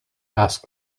asked